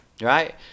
right